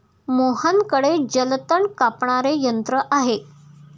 मोहनकडे जलतण कापणारे यंत्र आहे